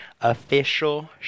official